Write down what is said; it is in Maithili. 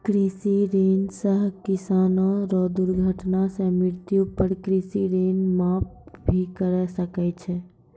कृषि ऋण सह किसानो रो दुर्घटना सह मृत्यु पर कृषि ऋण माप भी करा सकै छै